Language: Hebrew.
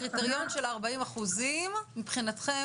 הקריטריון של 40% מבחינתכם,